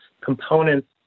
components